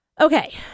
Okay